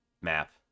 map